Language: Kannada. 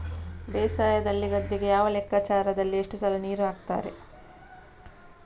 ಬೇಸಾಯದಲ್ಲಿ ಗದ್ದೆಗೆ ಯಾವ ಲೆಕ್ಕಾಚಾರದಲ್ಲಿ ಎಷ್ಟು ಸಲ ನೀರು ಹಾಕ್ತರೆ?